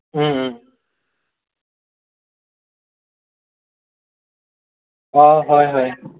অ' হয় হয়